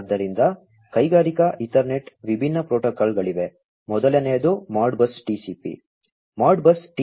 ಆದ್ದರಿಂದ ಕೈಗಾರಿಕಾ ಈಥರ್ನೆಟ್ಗೆ ವಿಭಿನ್ನ ಪ್ರೋಟೋಕಾಲ್ಗಳಿವೆ ಮೊದಲನೆಯದು ಮಾಡ್ಬಸ್ TCP